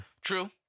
True